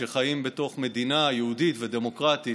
שחיים בתוך מדינה יהודית ודמוקרטית,